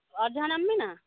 ᱟᱨ ᱡᱟᱦᱟᱱᱟᱜ ᱮᱢ ᱢᱮᱱᱟ